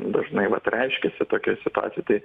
dažnai vat reiškiasi tokioj situacijoj tai